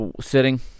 sitting